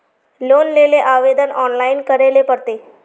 Loan लेले आवेदन online करे ले पड़ते?